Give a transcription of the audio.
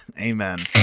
amen